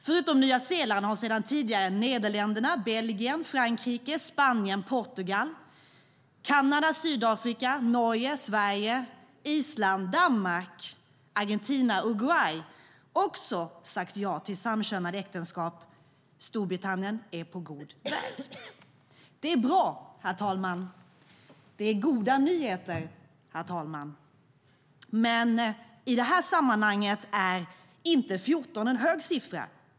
Förutom Nya Zeeland har sedan tidigare Nederländerna, Belgien, Frankrike, Spanien, Portugal, Kanada, Sydafrika, Norge, Sverige, Island, Danmark, Argentina och Uruguay också sagt ja till samkönade äktenskap. Storbritannien är på god väg. Det är bra, herr talman. Det är goda nyheter, herr talman. Men i det här sammanhanget är inte 14 en hög siffra.